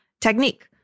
technique